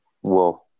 Whoa